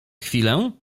chwilę